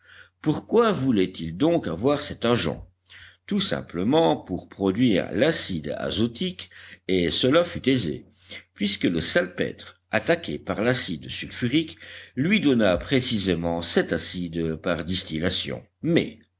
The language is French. pourquoi voulait-il donc avoir cet agent tout simplement pour produire l'acide azotique et cela fut aisé puisque le salpêtre attaqué par l'acide sulfurique lui donna précisément cet acide par distillation mais